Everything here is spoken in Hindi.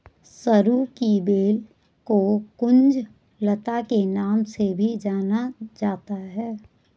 सरू की बेल को कुंज लता के नाम से भी जाना जाता है